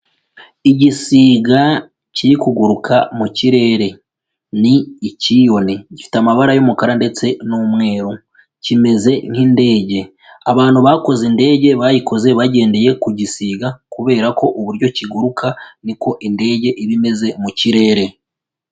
Igisiga kiri kuguruka mu kirere, ni icyiyoni, gifite amabara y'umukara ndetse n'umweru, kimeze nk'indege, abantu bakoze indege bayikoze bagendeye ku gisiga kubera ko uburyo kiguruka niko indege iba imeze mu kirere.